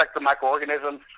microorganisms